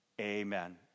Amen